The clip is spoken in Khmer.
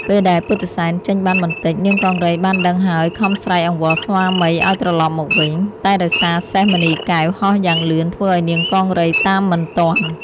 ពេលដែលពុទ្ធិសែនចេញបានបន្តិច នាងកង្រីបានដឹងហើយខំស្រែកអង្វរស្វាមីឲ្យត្រឡប់មកវិញ តែដោយសារសេះមណីកែវហោះយ៉ាងលឿនធ្វើឲ្យនាងកង្រីតាមមិនទាន់។